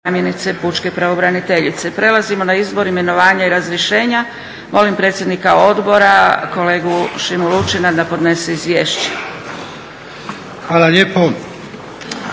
**Zgrebec, Dragica (SDP)** Prelazimo na izbor, imenovanja i razrješenja. Molim predsjednika odbora kolegu Šimu Lučina da podnese izvješće. **Lučin,